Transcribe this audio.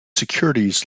securities